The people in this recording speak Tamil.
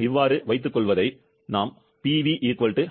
வைத்துக்கொள்வதைப் போல